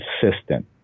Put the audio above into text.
consistent